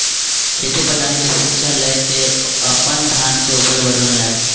खेती प्रणाली के शिक्षा लय के ओ अपन धान के उपज बढ़ौलैन